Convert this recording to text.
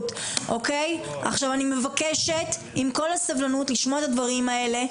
אני מבקשת, עם כל הסבלנות לשמוע את הדברים האלה.